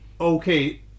okay